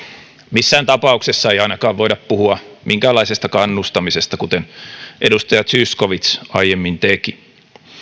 missään tapauksessa ei ainakaan voida puhua minkäänlaisesta kannustamisesta kuten edustaja zyskowicz aiemmin teki